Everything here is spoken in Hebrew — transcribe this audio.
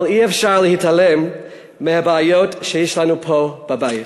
אבל אי-אפשר להתעלם מהבעיות שיש לנו פה בבית.